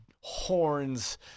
horns